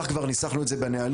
כך כבר ניסחנו את זה בנהלים.